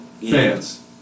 fans